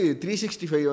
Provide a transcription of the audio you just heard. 365